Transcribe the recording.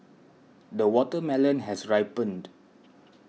the watermelon has ripened